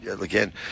again